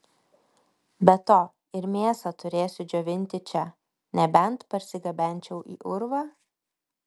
be to ir mėsą turėsiu džiovinti čia nebent parsigabenčiau į urvą